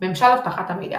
ממשל אבטחת המידע